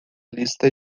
lista